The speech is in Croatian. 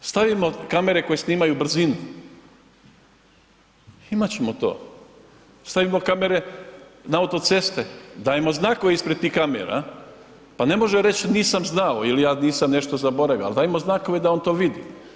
Stavimo kamere koje snimaju brzinu, imati ćemo to, stavimo kamere na autoceste, dajmo znakove ispred tih kamera pa ne može reći nisam znao ili ja nisam nešto zaboravio ali dajmo znakove da on to vidi.